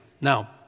Now